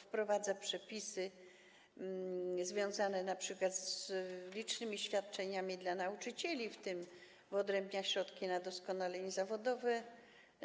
Wprowadza przepisy związane np. z licznymi świadczeniami dla nauczycieli, w tym wyodrębnia środki na doskonalenie zawodowe